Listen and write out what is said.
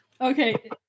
Okay